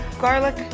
garlic